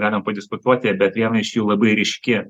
galim padiskutuoti bet viena iš jų labai ryški